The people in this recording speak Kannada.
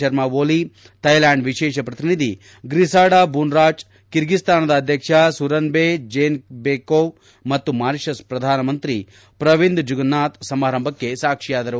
ಶರ್ಮ ಓಲಿ ಥೈಲ್ನಾಂಡ್ ವಿಶೇಷ ಶ್ರತಿನಿಧಿ ಗ್ರಿಸಾಡ ಬೂನ್ರಾಚ್ ಕರ್ಗಿಸ್ತಾನದ ಅಧ್ಯಕ್ಷ ಸೂರನ್ಬೇ ಜೀನ್ಬೆಕೋವ್ ಮತ್ತು ಮಾರಿಷಸ್ ಪ್ರಧಾನಮಂತ್ರಿ ಪ್ರವೀಂದ್ ಜುಗನ್ನಾಥ್ ಸಮಾರಂಭಕ್ಕೆ ಸಾಕ್ಷಿಯಾದರು